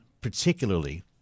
particularly